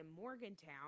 Morgantown